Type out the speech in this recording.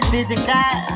physical